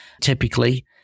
Typically